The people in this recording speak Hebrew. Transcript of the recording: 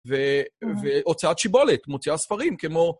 והוצאת שיבולת, מוציאה ספרים כמו...